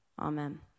Amen